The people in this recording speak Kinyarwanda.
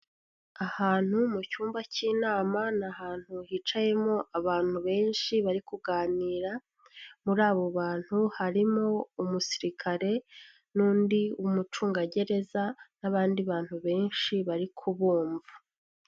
Ahantu mu cyumba cy'inama, ni ahantu hicayemo abantu benshi bari kuganira, muri abo bantu harimo umusirikare n'undi w'umucungagereza n'abandi bantu benshi bari kubumva.